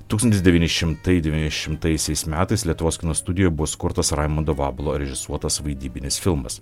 tūkstantis devyni šimtai devyniasdešimtaisiais metais lietuvos kino studijoje bus kurtas raimundo vabalo režisuotas vaidybinis filmas